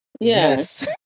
yes